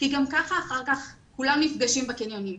כי גם ככה אחר כך כולם נפגשים בקניונים.